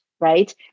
right